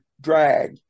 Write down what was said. drag